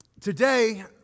today